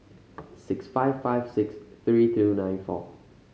six five five six three two nine four